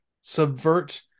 subvert